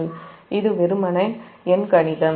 இது வெறுமனே எண்கணிதம்